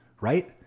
Right